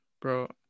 Bro